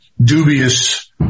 dubious